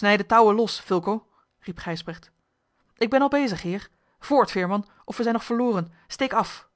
de touwen los fulco riep gijsbrecht ik ben al bezig heer voort veerman of we zijn nog verloren steek af